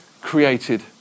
created